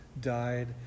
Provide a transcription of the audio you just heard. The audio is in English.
died